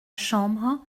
chambre